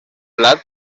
blat